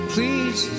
Please